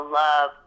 love